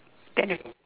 ten o~